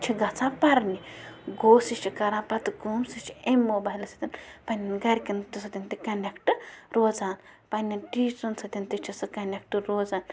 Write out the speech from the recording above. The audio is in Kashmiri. چھِ گَژھان پَرنہِ گوٚو سُہ چھِ کَران پَتہٕ کٲم سُہ چھِ أمۍ موبایلہٕ سۭتۍ پنٛنٮ۪ن گَرکٮ۪ن تہٕ سۭتۍ تہٕ کَنٮ۪کٹ روزان پنٛنٮ۪ن ٹیٖچرَن سۭتۍ تہِ چھِ سُہ کنٮ۪کٹ روزان